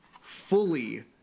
Fully